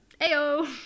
Ayo